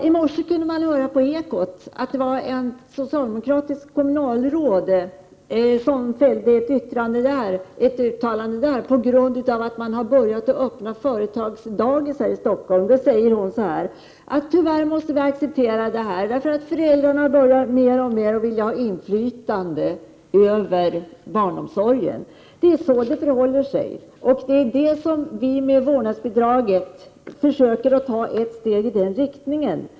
I morse kunde man höra på Ekot att det var ett socialdemokratiskt kommunalråd som fällde ett yttrande på grund av att man börjat öppna företagsdagis här i Stockholm: ”Tyvärr måste vi acceptera detta, därför att föräldrarna börjar mer och mer vilja ha inflytande över barnomsorgen.” Ja, det är så det förhåller sig. Vi försöker med vårdnadsbidraget ta ett steg i den riktningen.